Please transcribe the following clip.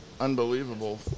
Unbelievable